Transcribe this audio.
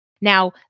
Now